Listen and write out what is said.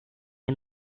and